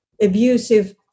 Abusive